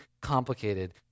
complicated